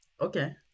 Okay